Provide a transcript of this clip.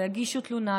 לא יגישו תלונה,